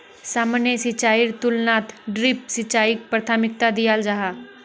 सामान्य सिंचाईर तुलनात ड्रिप सिंचाईक प्राथमिकता दियाल जाहा